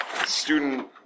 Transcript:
student